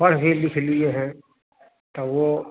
पढ़ भी लिख लिए हैं तो वो